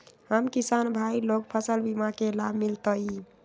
हम किसान भाई लोग फसल बीमा के लाभ मिलतई?